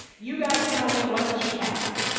you guys tell me what does she have?